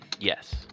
Yes